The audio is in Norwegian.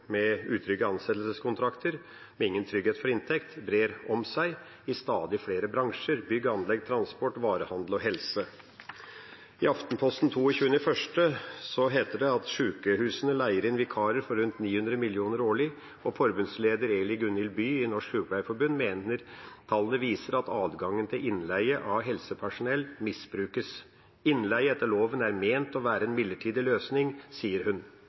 med utrygge ansettelseskontrakter og ingen trygghet for inntekt, brer seg i stadig flere bransjer – bygg og anlegg, transport, varehandel og helse. I Aftenposten 22. januar heter det: «Sykehusene leier inn vikarer for 900 millioner i året. Forbundsleder Eli Gunhild By i Norsk Sykepleierforbund mener tallene viser at adgangen til innleie av personell misbrukes. – Innleie er etter loven ment å være en midlertidig løsning, sier hun.»